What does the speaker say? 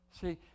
See